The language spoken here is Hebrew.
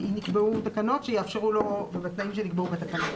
נקבעו תקנות שיאפשרו לו, ובתנאים שנקבעו בתקנות.